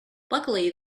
luckily